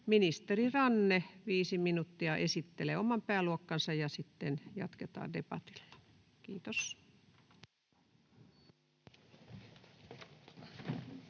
Ministeri Ranne, viisi minuuttia, esittelee oman pääluokkansa, ja sitten jatketaan debatilla, kiitos.